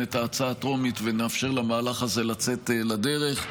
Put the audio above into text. את ההצעה הטרומית ונאפשר למהלך הזה לצאת לדרך.